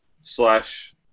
slash